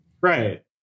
Right